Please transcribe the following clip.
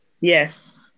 Yes